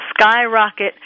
skyrocket